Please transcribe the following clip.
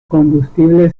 combustible